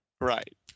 Right